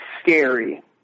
scary